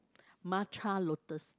matcha lotus